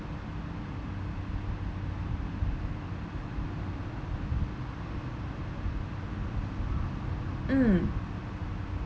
mm